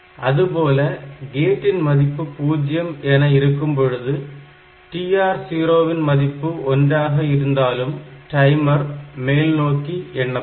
அதுபோல கேட்டின் மதிப்பு 0 gate0 என இருக்கும்பொழுது TR0 ன் மதிப்பு ஒன்றாக TR01 இருந்தாலும் டைமர் மேல்நோக்கி எண்ணப்படும்